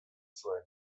zuen